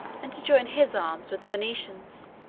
and to join his arms with the venetians,